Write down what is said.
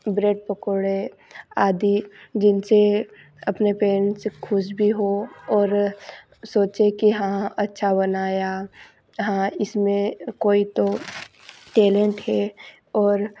bread पकोड़े आदि जिनसे अपने पैंरेट्स से खुश भी हो और सोचे कि हाँ हाँ अच्छा बनाया हाँ इसमें कोई तो टैलेंट है और